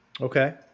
Okay